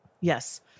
Yes